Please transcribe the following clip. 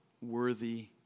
worthy